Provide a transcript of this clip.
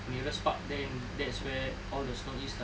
nearest park then that's where all the snow is lah